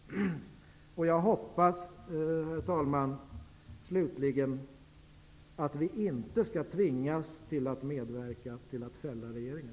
Slutligen hoppas jag, herr talman, att vi inte skall tvingas till att medverka till att fälla regeringen.